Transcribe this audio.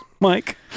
Mike